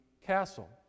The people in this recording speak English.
castle